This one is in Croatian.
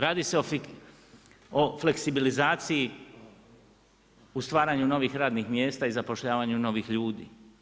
Radi se fleksibilizaciji u stvaranju novih radnih mjesta i zapošljavanju novih ljudi.